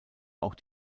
auch